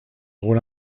rôle